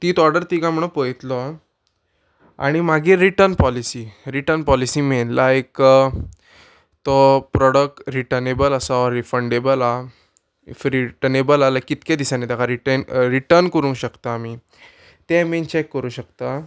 तीच ऑर्डर ती काय म्हणून पयतलो आनी मागीर return policy return policy mean like तो प्रोडक्ट रिटनेबल आसा ऑर रिफंडेबल हा इफ रिटनेबल आहा लायक कितके दिसांनी ताका रिटन रिटन करूंक शकता आमी तें मेन चॅक करूं शकता